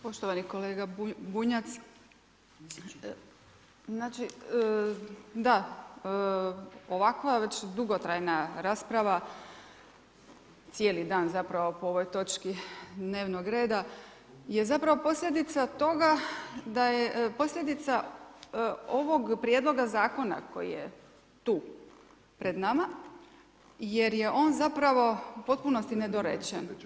Poštovani kolega Bunjac, znači da ovakva dugotrajna rasprava cijeli dan zapravo po ovoj točki dnevnog reda je zapravo posljedica toga da je posljedica ovog prijedloga zakona koji je tu pred nama jer je on u potpunosti nedorečen.